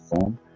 form